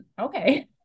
Okay